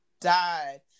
died